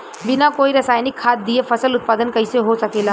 बिना कोई रसायनिक खाद दिए फसल उत्पादन कइसे हो सकेला?